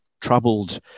troubled